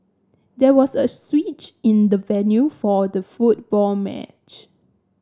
there was a switch in the venue for the football match